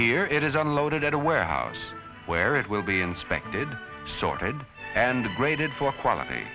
here it is unloaded at a warehouse where it will be inspected sorted and graded for quality